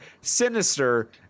Sinister